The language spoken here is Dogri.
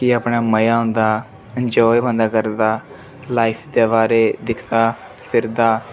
कि अपना मज़ा औंदा इंजाय बन्दा करदा लाइफ दे बारै दिखदा फिरदा